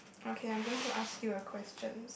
okay I'm going to ask you a question